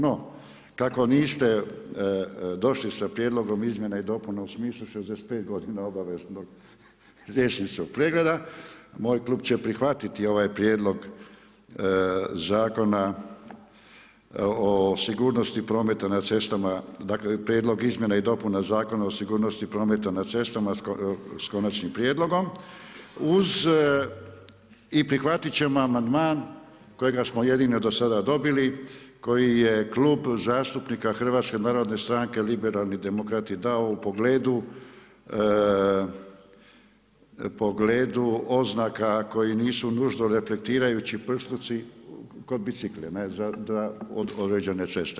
No, kako niste došli sa prijedlogom izmjena i dopuna u smislu 65 godina obaveznog liječničkog pregleda, moj klub će prihvatiti ovaj prijedlog Zakona o sigurnosti prometa na cestama, dakle, Prijedlog izmijene i dopune Zakona o sigurnosti prometa na cestama s konačnim prijedlogom i prihvatiti ćemo amandman kojega smo jedino do sada dobili, koji je Klub zastupnika HNS liberalni demokrati dao u pogledu oznaka koji nisu nužno reflektirajući prsluci kod bicikla za određene ceste.